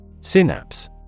Synapse